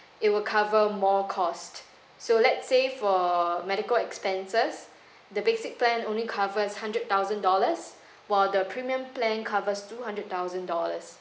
it will cover more cost so let's say for medical expenses the basic plan only covers hundred thousand dollars while the premium plan covers two hundred thousand dollars